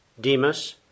Demas